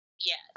Yes